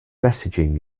messaging